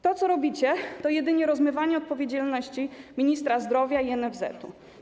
To, co robicie, to jedynie rozmywanie odpowiedzialności ministra zdrowia i NFZ-u.